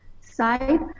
side